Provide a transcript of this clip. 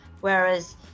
whereas